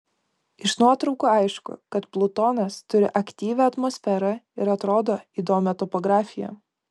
iš nuotraukų aišku kad plutonas turi aktyvią atmosferą ir atrodo įdomią topografiją